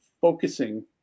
focusing